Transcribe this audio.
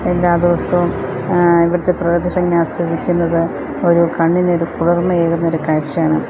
എല്ലാദിവസവും ഇവിടുത്തെ പ്രകൃതി ഭംഗി ആസ്വദിക്കുന്നത് ഒരു കണ്ണിന് ഒരു കുളിർമയേകുന്ന ഒരു കാഴ്ചയാണ്